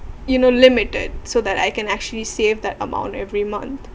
you know limited so that I can actually save that amount every month